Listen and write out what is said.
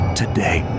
today